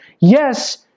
yes